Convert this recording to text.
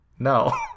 No